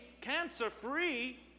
cancer-free